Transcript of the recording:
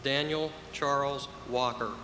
daniel charles walker